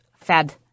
fed